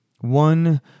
One